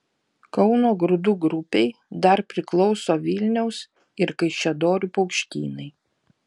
kauno grūdų grupei dar priklauso vilniaus ir kaišiadorių paukštynai